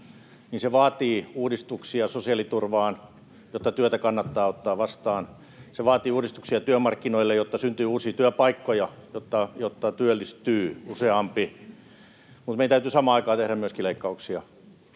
se vaatii uudistuksia sosiaaliturvaan, jotta työtä kannattaa ottaa vastaan, se vaatii uudistuksia työmarkkinoille, jotta syntyy uusia työpaikkoja, jotta työllistyy useampi, mutta meidän täytyy samaan aikaan tehdä myöskin leikkauksia.